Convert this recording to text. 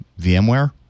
VMware